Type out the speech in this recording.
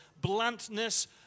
bluntness